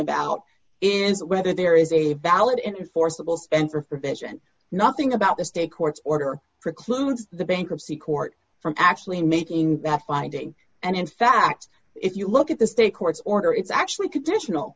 about is whether there is a valid and forcible spend for prevention nothing about the state courts order precludes the bankruptcy court from actually making bad finding and in fact if you look at the state court order it's actually conditional